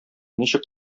ничек